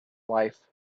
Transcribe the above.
life